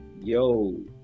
yo